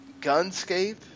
Gunscape